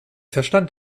verstand